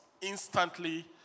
instantly